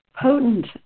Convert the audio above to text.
potent